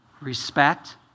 respect